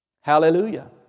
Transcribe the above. Hallelujah